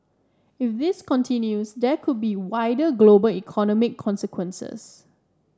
if this continues there could be wider global economic consequences